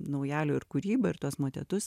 naujalio ir kūrybą ir tuos motetus